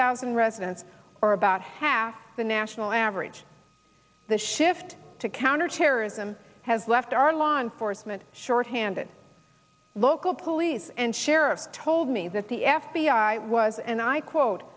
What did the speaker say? thousand residents or about half the national average the shift to counterterrorism has left our law enforcement shorthanded local police and sheriff told me that the f b i was and i quote